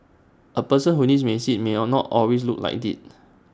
A person who needs A seat may are not always look like IT